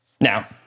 Now